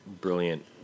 brilliant